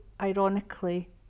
ironically